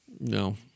No